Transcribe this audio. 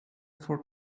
for